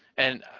and